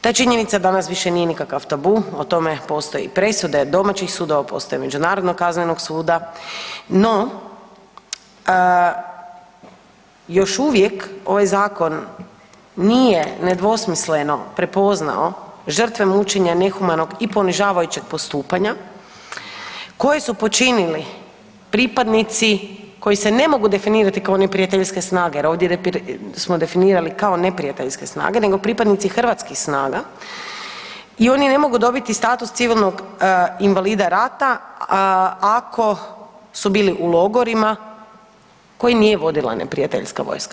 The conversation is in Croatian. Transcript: Ta činjenica danas više nije nikakav tabu, o tome postoje presude domaćih sudova, postoji Međunarodnog kaznenog suda no još uvijek ovaj zakon nije nedvosmisleno prepoznao žrtve mučenja nehumanog i ponižavajućeg postupanja koje su počinili pripadnici koji se ne mogu definirati kao neprijateljske snage jer ovdje smo definirali kao neprijateljske snage nego pripadnici hrvatskih snaga i oni ne mogu dobiti status civilnog invalida rada ako su bili u logorima koji nije vodila neprijateljska vojska.